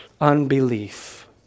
unbelief